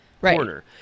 corner